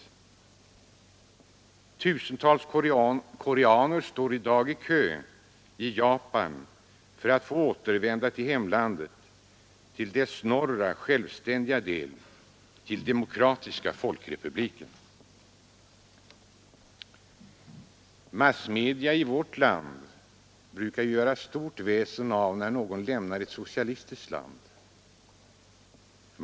Tusentals koreaner står i dag i kö i Japan för att få återvända till hemlandet — till dess norra självständiga del, till Demokratiska folkrepubliken. Massmedierna i vårt land brukar göra stort väsen av när någon lämnar ett socialistiskt land.